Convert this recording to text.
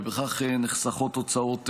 ובכך נחסכות הוצאות רבות.